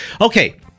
Okay